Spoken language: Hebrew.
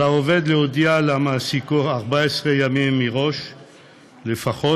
על העובד להודיע למעסיקו 14 ימים מראש לפחות